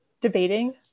debating